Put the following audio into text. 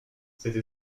cette